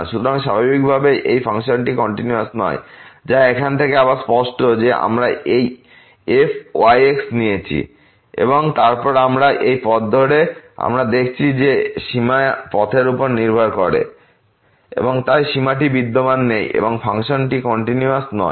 সুতরাং স্বাভাবিকভাবেই এই ফাংশনগুলি কন্টিনিউয়াস নয় যা এখান থেকে আবার স্পষ্ট যে আমরা এই fyx নিয়েছি এবং তারপর এই পথ ধরে আমরা দেখেছি যে সীমা পথের উপর নির্ভর করে এবং তাই সীমাটি বিদ্যমান নেই এবং ফাংশনটি কন্টিনিউয়াস নয়